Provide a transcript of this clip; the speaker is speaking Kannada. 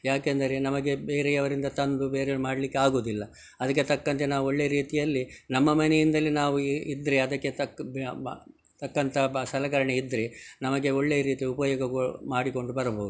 ಏಕೆಂದರೆ ನಮಗೆ ಬೇರೆಯವರಿಂದ ತಂದು ಬೇರೆ ಮಾಡಲಿಕ್ಕೆ ಆಗೋದಿಲ್ಲ ಅದಕ್ಕೆ ತಕ್ಕಂತೆ ನಾವು ಒಳ್ಳೆಯ ರೀತಿಯಲ್ಲಿ ನಮ್ಮ ಮನೆಯಿಂದಲೇ ನಾವು ಇ ಇದ್ದರೆ ಅದಕ್ಕೆ ತಕ್ಕ ತಕ್ಕಂಥ ಬ ಸಲಕರಣೆ ಇದ್ದರೆ ನಮಗೆ ಒಳ್ಳೆಯ ರೀತಿ ಉಪಯೋಗಗಳು ಮಾಡಿಕೊಂಡು ಬರಬೋದು